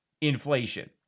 inflation